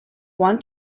one